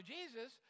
Jesus